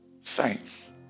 saints